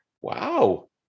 Wow